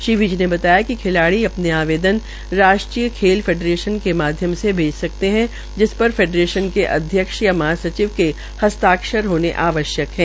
श्री विज ने बतायाकि खिलाड़ी अपने आवेदन राष्ट्रीय खेल फेडरेशन के माध्यम से भेज सकते है जिन पर फेडरेशन के अध्यक्ष या महासचिव के हस्ताक्षर होने आवश्यक है